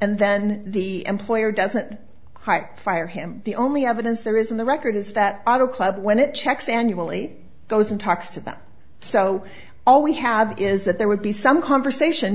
and then the employer doesn't quite fire him the only evidence there is in the record is that auto club when it checks annually those in talks to them so all we have is that there would be some conversation